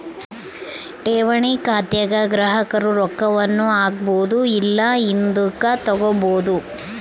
ಠೇವಣಿ ಖಾತೆಗ ಗ್ರಾಹಕರು ರೊಕ್ಕವನ್ನ ಹಾಕ್ಬೊದು ಇಲ್ಲ ಹಿಂದುಕತಗಬೊದು